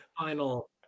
Final